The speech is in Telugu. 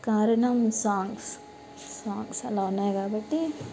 కారణం సాంగ్స్ సాంగ్స్ అలా ఉన్నాయి కాబట్టి